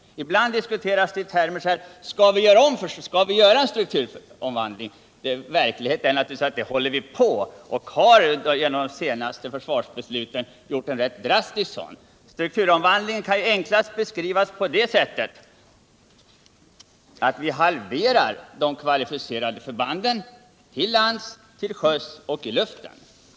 Ibland diskuteras frågan: Skall vi göra en strukturomvandling? Men verkligheten är naturligtvis att vi håller på med det. Vi har genom de senaste försvarsbesluten åstadkommit en rätt drastisk omvandling. Den kan enklas: skrivas på det sättet att vi halverar de kvalificerade förbanden till lands, till sjöss och i luften.